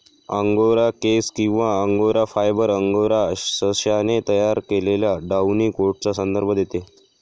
angora केस किंवा angora fibre, angora सशाने तयार केलेल्या डाउनी कोटचा संदर्भ देते